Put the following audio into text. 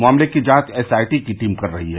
मामले की जांच एसआईटी की टीम कर रही है